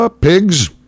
Pigs